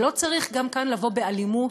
ולא צריך גם כאן לבוא באלימות,